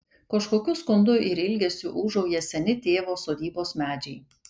kažkokiu skundu ir ilgesiu ūžauja seni tėvo sodybos medžiai